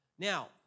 Now